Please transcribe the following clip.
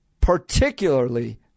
particularly